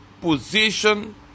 position